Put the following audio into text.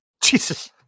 Jesus